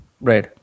Right